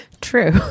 True